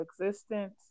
existence